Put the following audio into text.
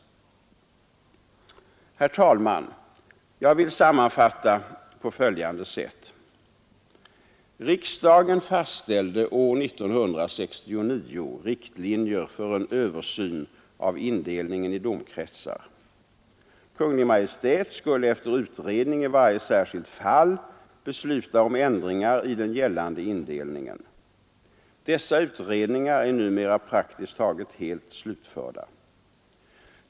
Herr talman! Jag vill sammanfatta på följande sätt. Riksdagen fastställde år 1969 riktlinjer för en översyn av indelningen i domkretsar. Kungl. Maj:t skulle efter utredning i varje särskilt fall besluta om ändringar i den gällande indelningen. Dessa utredningar är numera praktiskt taget helt slutförda.